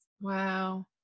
Wow